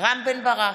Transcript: רם בן ברק,